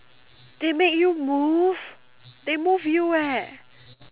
they make you move they move you eh